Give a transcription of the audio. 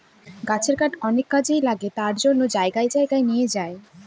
গাছের কাঠ অনেক কাজে লাগে তার জন্য জায়গায় জায়গায় নিয়ে যায়